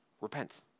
Repent